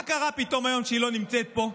מה קרה פתאום היום שהיא לא נמצאת פה?